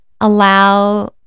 allow